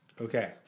Okay